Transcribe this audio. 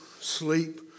sleep